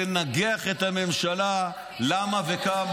זה לא כדי לנגח את הממשלה על למה וכמה.